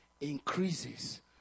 increases